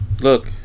Look